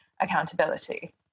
accountability